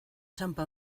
txanpa